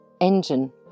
engine